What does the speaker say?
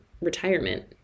retirement